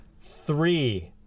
three